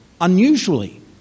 unusually